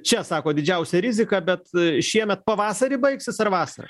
čia sakot didžiausia rizika bet šiemet pavasarį baigsis ar vasarą